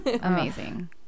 Amazing